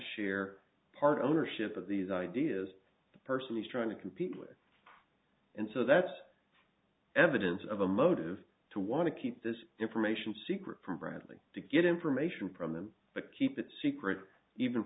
share part ownership of these ideas the person is trying to compete with and so that's evidence of a motive to want to keep this information secret from bradley to get information from him to keep it secret even